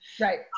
Right